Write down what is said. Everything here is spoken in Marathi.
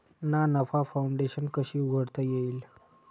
ना नफा फाउंडेशन कशी उघडता येईल?